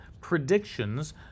predictions